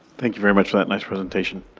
thank you very much for that nice presentation.